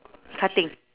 cutting